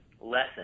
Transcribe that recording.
lesson